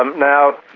um now,